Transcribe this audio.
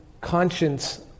conscience